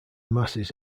masses